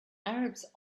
arabs